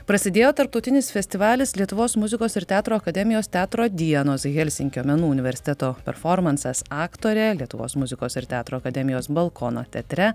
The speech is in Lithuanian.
prasidėjo tarptautinis festivalis lietuvos muzikos ir teatro akademijos teatro dienos helsinkio menų universiteto performansas aktorę lietuvos muzikos ir teatro akademijos balkono teatre